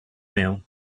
meal